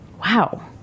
Wow